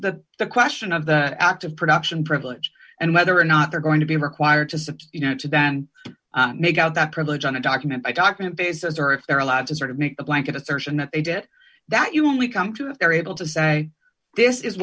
on the question of the act of production privilege and whether or not they're going to be required to you know to then make out that privilege on a document by document basis or if they're allowed to sort of make a blanket assertion that they did that you only come to if they're able to say this is